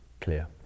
clear